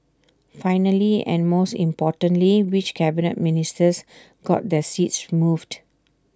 finally and most importantly which Cabinet Ministers got their seats moved